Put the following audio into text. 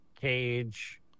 Cage